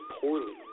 poorly